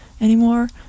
anymore